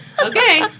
Okay